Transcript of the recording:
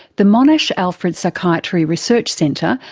the monash alfred psychiatry research centre,